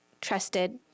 trusted